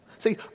See